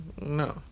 No